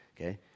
okay